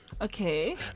Okay